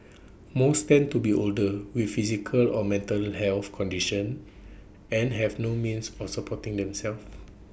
most tend to be older with physical or mental health conditions and have no means of supporting themselves